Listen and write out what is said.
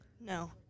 No